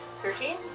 Thirteen